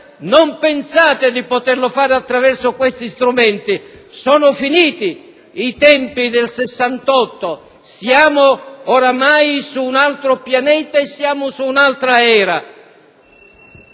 non pensiate di poterlo fare attraverso questi strumenti, sono finiti i tempi del Sessantotto, siamo ormai su un altro pianeta e in un'altra era.